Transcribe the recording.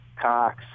Cox